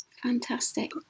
Fantastic